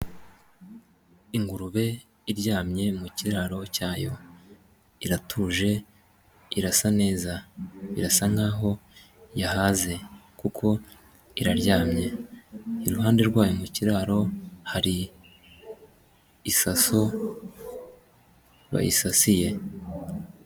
Ingurube iryamye mu kiraro cyayo, iratuje irasa neza, irasa nkaho yahaze kuko iraryamye, iruhande rwayo mu kiraro hari isaso bayisasiye.